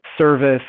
service